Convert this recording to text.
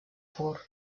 pur